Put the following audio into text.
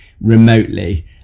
remotely